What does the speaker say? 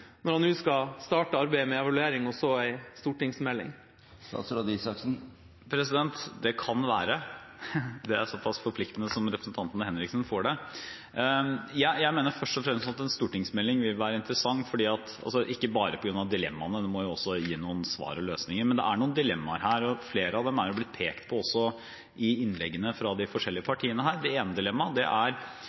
når han nå skal starte arbeidet med en evaluering og så en stortingsmelding? Det kan være. Det så forpliktende som representanten Henriksen får det. Jeg mener først og fremst at en stortingsmelding vil være interessant ikke bare på grunn av dilemmaene, for den må jo også gi noen svar og løsninger. Men det er noen dilemmaer her, og flere av dem har også blitt pekt på i innleggene fra de forskjellige partiene. Det ene dilemmaet er hvor mye ressurser, vekt og rammer legger man på det som er